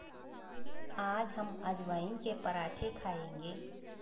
आज हम अजवाइन के पराठे खाएंगे